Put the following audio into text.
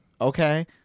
Okay